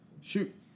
Shoot